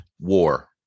war